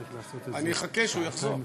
אני אחכה שהוא יחזור.